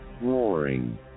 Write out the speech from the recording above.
roaring